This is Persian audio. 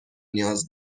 نیاز